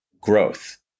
growth